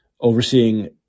overseeing